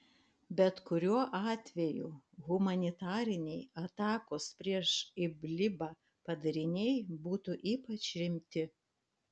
bet kuriuo atveju humanitariniai atakos prieš idlibą padariniai būtų ypač rimti